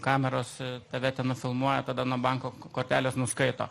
kameros tave nufilmuoja tada nuo banko kortelės nuskaito